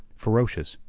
ferocious,